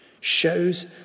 shows